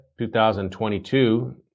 2022